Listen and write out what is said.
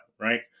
right